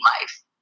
life